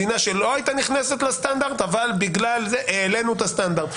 מדינה שלא הייתה נכנסת לסטנדרט אבל בגלל זה העלינו את הסטנדרט.